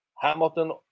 Hamilton